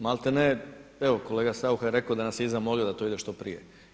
Maltene, evo kolega Saucha je rekao da nas je i zamolio da to ide što prije.